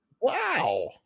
Wow